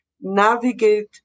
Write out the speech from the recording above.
navigate